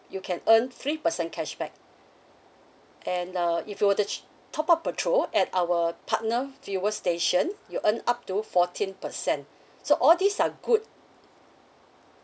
you can earn three percent cashback and uh if you were to ch~ top up petrol at our partner fuel station you earn up to fourteen percent so all these are good